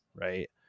Right